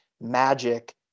Magic